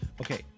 okay